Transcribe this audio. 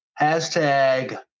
hashtag